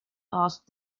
asked